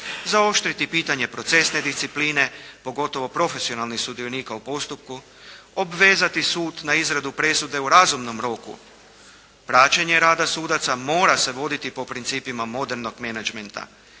zaoštriti pitanje procesne discipline, pogotovo profesionalnih sudionika u postupku, obvezati sud na izradu presude u razumnom roku, praćenje rada sudaca mora se voditi po principima modernog menadžmenta.